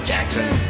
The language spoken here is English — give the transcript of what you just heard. Jackson